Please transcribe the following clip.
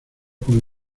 con